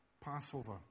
Passover